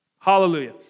Hallelujah